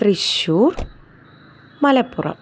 Thrissur Malappuram